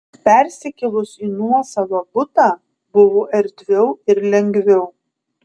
persikėlus į nuosavą butą buvo erdviau ir lengviau